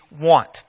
want